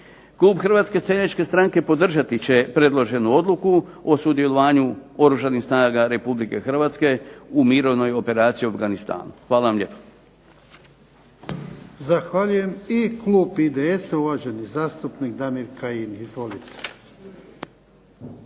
Klub Hrvatske seljačke stranke podržati će predloženu Odluku o sudjelovanju Oružanih snaga Republike Hrvatske u Mirovnoj misiji u Afganistanu. **Jarnjak, Ivan (HDZ)** Zahvaljujem. I Klub IDS-a uvaženi zastupnik Damir Kajin. Izvolite.